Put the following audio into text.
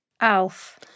Alf